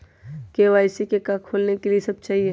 KYC का का खोलने के लिए कि सब चाहिए?